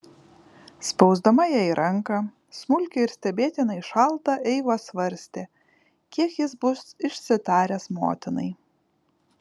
spausdama jai ranką smulkią ir stebėtinai šaltą eiva svarstė kiek jis bus išsitaręs motinai